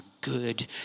good